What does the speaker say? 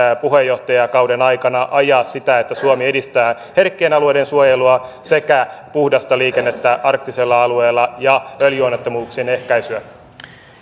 puheenjohtajakauden aikana ajaa sitä että suomi edistää herkkien alueiden suojelua sekä puhdasta liikennettä arktisella alueella ja öljyonnettomuuksien ehkäisyä